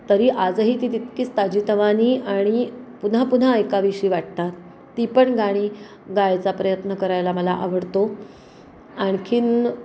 तरी आजही ती तितकीच ताजीतवानी आणि पुन्हा पुन्हा ऐकाविशी वाटतात ती पण गाणी गायचा प्रयत्न करायला मला आवडतो आणखीन